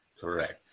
Correct